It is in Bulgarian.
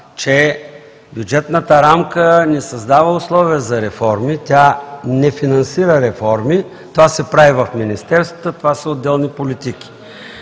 че бюджетната рамка не създава условия за реформи, тя не финансира реформи, това се прави в министерствата, това са отделни политики.